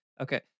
Okay